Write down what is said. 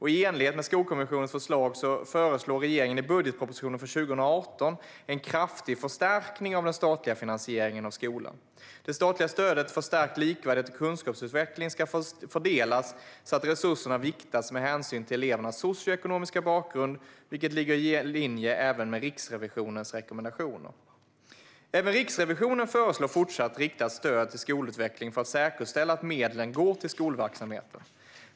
I enlighet med Skolkommissionens förslag föreslår regeringen i budgetpropositionen för 2018 en kraftig förstärkning av den statliga finansieringen av skolan. Det statliga stödet för stärkt likvärdighet och kunskapsutveckling ska fördelas så att resurserna viktas med hänsyn till elevernas socioekonomiska bakgrund, vilket ligger i linje även med Riksrevisionens rekommendationer. Även Riksrevisionen föreslår fortsatt riktat stöd till skolutveckling för att säkerställa att medlen går till skolverksamheten.